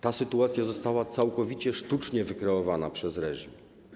Ta sytuacja została całkowicie sztucznie wykreowana przez reżim.